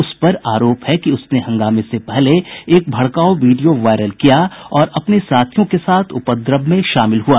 उस पर आरोप है कि उसने हंगामे से पहले एक भड़काऊ वीडियो वायरल किया और अपने साथियों के साथ उपद्रव में शामिल हुआ